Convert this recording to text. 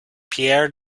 pierre